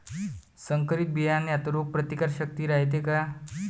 संकरित बियान्यात रोग प्रतिकारशक्ती रायते का?